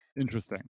Interesting